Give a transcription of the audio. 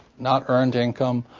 not earned income.